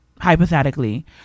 hypothetically